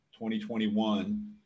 2021